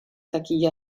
taquilla